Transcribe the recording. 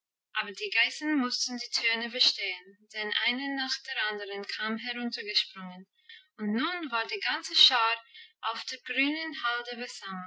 aber die geißen mussten die töne verstehen denn eine nach der anderen kam heruntergesprungen und nun war die ganze schar auf der grünen halde